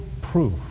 proof